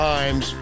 Times